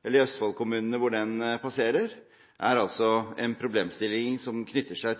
hvor den passerer – er altså en problemstilling som knytter seg